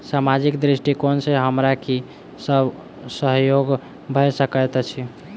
सामाजिक दृष्टिकोण सँ हमरा की सब सहयोग भऽ सकैत अछि?